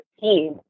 team